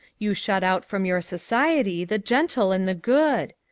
you shut out from your society the gentle and the good.